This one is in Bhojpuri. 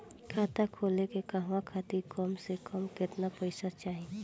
खाता खोले के कहवा खातिर कम से कम केतना पइसा चाहीं?